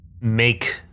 make